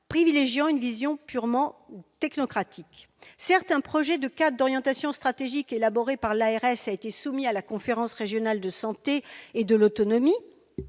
privilégier une vision purement technocratique. Certes, un projet de cadre d'orientation stratégique élaboré par l'ARS a été soumis à la conférence régionale de la santé et de l'autonomie.